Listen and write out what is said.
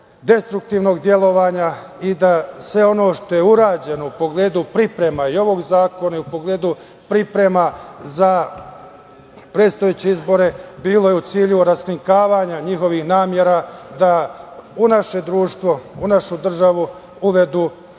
destruktivnog delovanja i da sve ono što je urađeno u pogledu priprema i ovog zakona i u pogledu priprema za predstojeće izbore bilo je u cilju raskrinkavanja njihovih namera da u naše društvo, u našu državu, uvedu anarhiju